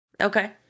Okay